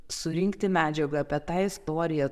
surinkti medžiagą apie tą istoriją